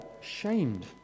shamed